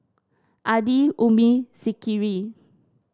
Adi Ummi Zikri